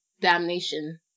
damnation